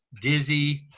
dizzy